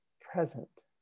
present